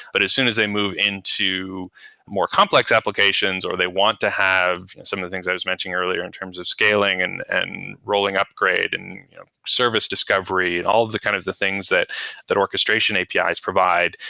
but as soon as they move into more complex applications or they want to have some of the things i was mentioning earlier in terms of scaling and and rolling upgrade and service discovery and all of the kind of the things that that orchestration apis provide,